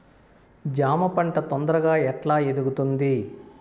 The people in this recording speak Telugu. జామ పంట తొందరగా ఎట్లా ఎదుగుతుంది?